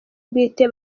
bwite